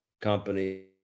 company